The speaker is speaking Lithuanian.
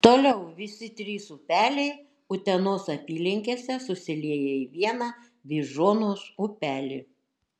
toliau visi trys upeliai utenos apylinkėse susilieja į vieną vyžuonos upelį